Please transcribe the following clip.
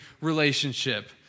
relationship